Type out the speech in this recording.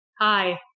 hi